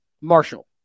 Marshall